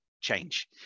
change